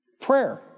Prayer